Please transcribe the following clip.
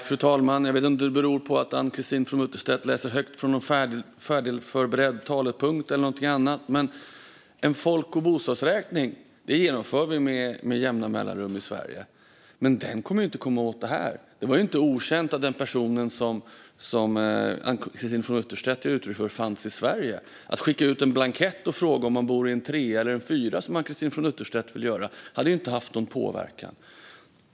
Fru talman! Jag vet inte om Ann-Christine From Utterstedt läser högt från någon förberedd och färdig talepunkt. En folk och bostadsräkning genomför vi med jämna mellanrum i Sverige, men den kommer inte att komma åt det här. Det var inte okänt att den person som Ann-Christine From Utterstedt beskriver fanns i Sverige. Att skicka ut en blankett och fråga om han bor i en trea eller en fyra, som Ann-Christine From Utterstedt vill göra, hade inte haft någon påverkan.